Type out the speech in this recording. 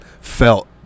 felt